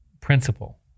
principle